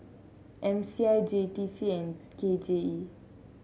M C I J T C and K J E